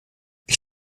ich